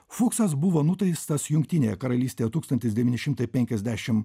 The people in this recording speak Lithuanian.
fuksas buvo nuteistas jungtinėje karalystėje tūkstantis devyni šimtai penkiasdešim